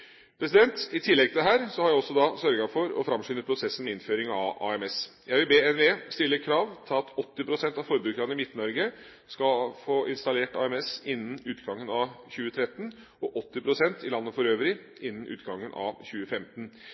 I tillegg til dette har jeg også sørget for å framskynde prosessen med innføring av AMS. Jeg vil be NVE stille krav til at 80 pst. av forbrukerne i Midt-Norge skal få installert AMS innen utgangen av 2013, og 80 pst. i landet for øvrig innen utgangen av 2015.